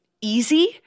easy